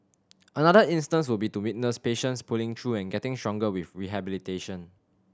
another instance would be to witness patients pulling through and getting stronger with rehabilitation